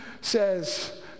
says